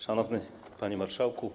Szanowny Panie Marszałku!